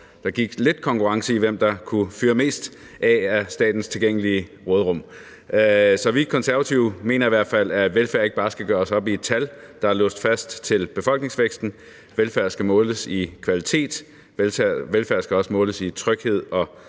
der gik lidt konkurrence i, hvem der kunne fyre mest af statens tilgængelige råderum af. Så vi Konservative mener i hvert fald, at velfærd ikke bare skal gøres op i et tal, der er låst fast til befolkningsvæksten; velfærd skal måles i kvalitet, og velfærd skal også måles i tryghed og